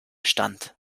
stand